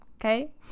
okay